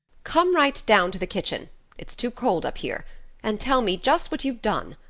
come right down to the kitchen it's too cold up here and tell me just what you've done.